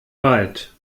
weit